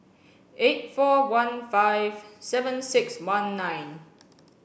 eight four one five seven six one nine